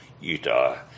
Utah